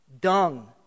dung